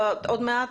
עוד מעט?